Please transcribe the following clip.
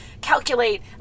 calculate